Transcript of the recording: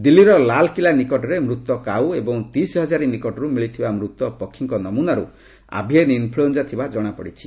ଦିଲ୍ଲୀର ଲାଲକିଲ୍ଲା ନିକଟରେ ମୃତ କାଉ ଏବଂ ତିସ୍ହଜାରୀ ନିକଟରୁ ମିଳିଥିବା ମୃତ ପକ୍ଷଙ୍କ ନମୁନାରୁ ଆଭିଏନ୍ ଇନ୍ଫ୍ଲଏଞ୍ଜା ଥିବା କଣାପଡ଼ିଛି